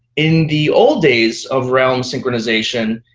in the old days of realm synchronization,